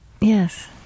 yes